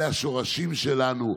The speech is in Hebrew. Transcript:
אלה השורשים שלנו.